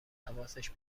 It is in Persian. حواسش